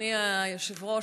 אדוני היושב-ראש,